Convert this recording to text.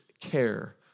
care